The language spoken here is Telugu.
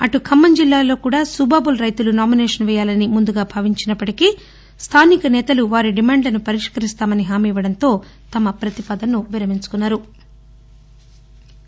అటు ఖమ్మం జిల్లాలో కూడా సుబాబుల్ రైతులు నామినేషన్ వేయాలని ముందుగా భావించినప్పటికీ స్థానిక నేతలు వారి డిమాండును పరిష్కరిస్తామని హామీ ఇవ్వటంతో వారు తమ ప్రతిపాదనను విరమించుకున్నారు